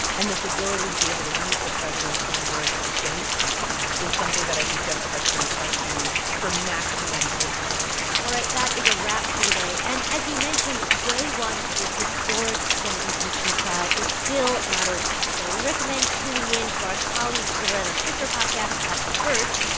and this ability to be able to use the president's own words against him is something that, i think, democrats are going to try to use for maximum discomfort all right. that is a wrap for today. and as we mentioned, day one of this historic senate impeachment trial is still not over, so we recommend tuning in to our colleagues over at our sister podcast up first.